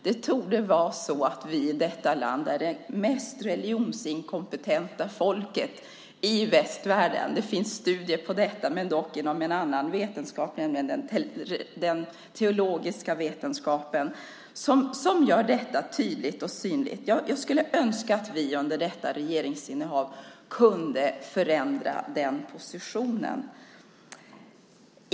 Det torde vara så att vi i detta land är det mest religionsinkompetenta folket i västvärlden. Det finns studier som gör detta tydligt och synligt - dock inom en annan vetenskap, nämligen den teologiska. Jag skulle önska att vi under detta regeringsinnehav kunde förändra den positionen.